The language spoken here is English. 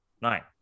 nine